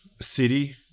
City